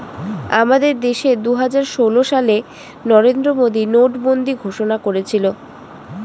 আমাদের দেশে দুহাজার ষোল সালে নরেন্দ্র মোদী নোটবন্দি ঘোষণা করেছিল